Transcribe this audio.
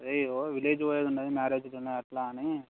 అయ్యయ్యో విలేజ్ పోయేది ఉన్నది మ్యారేజ్ ఉన్నది అట్లా అని